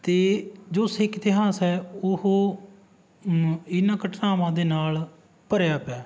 ਅਤੇ ਜੋ ਸਿੱਖ ਇਤਿਹਾਸ ਹੈ ਉਹ ਇਹਨਾਂ ਘਟਨਾਵਾਂ ਦੇ ਨਾਲ ਭਰਿਆ ਪਿਆ